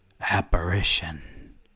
Apparition